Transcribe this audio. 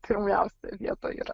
pirmiausia vietoj yra